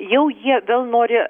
jau jie vėl nori